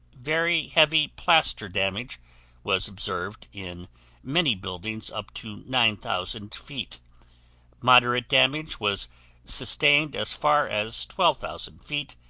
very heavy plaster damage was observed in many buildings up to nine thousand feet moderate damage was sustained as far as twelve thousand feet,